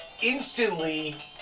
instantly